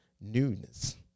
newness